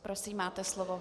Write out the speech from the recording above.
Prosím, máte slovo.